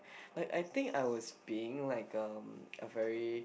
like I think I was being like a very